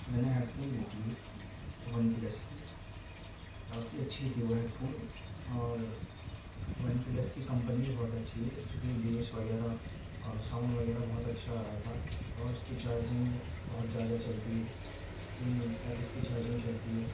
میں نے headphone لی تھی ون پلس کی کافی اچھی تھی وہ ہیڈ فون اور ون پلس کی کمپنی بہت اچھی ہے اس کی بیس وغیرہ اور ساؤنڈ وغیرہ بہت اچھا آ رہا تھا اور اس کی چارجنگ بہت زیادہ چلتی ہے تین دن تک اس کی چارجنگ چلتی ہے